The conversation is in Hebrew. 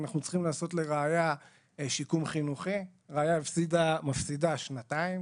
אנחנו צריכים לעשות לרעיה שיקום חינוכי - רעיה מפסידה שנתיים,